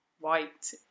white